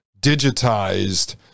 digitized